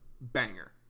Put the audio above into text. Banger